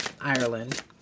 Ireland